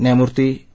न्यायमूर्ती ए